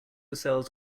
sells